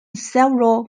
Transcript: several